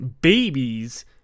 babies